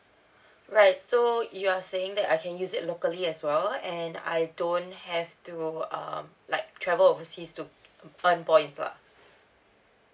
right so you are saying that I can use it locally as well and I don't have to um like travel overseas to earn points lah